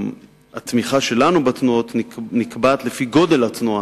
התמיכה שלנו בתנועות נקבעת לפי גודל התנועה,